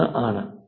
033 ആണ്